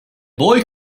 boy